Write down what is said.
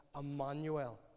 Emmanuel